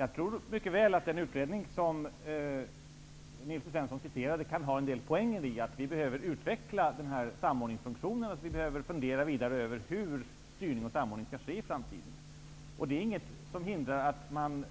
Jag tror att den utredning som Nils T Svensson citerade kan ha en del poänger i att vi behöver utveckla samordningsfunktionen och att vi behöver fundera vidare över hur styrning och samordning skall ske i framtiden. Det är inget som hindrar att man